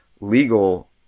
legal